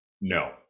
No